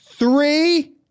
Three